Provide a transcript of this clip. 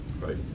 right